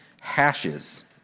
hashes